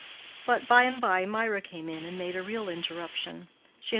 but, by-and-by, mirah came in and made a real interruption.